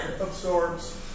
absorbs